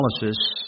analysis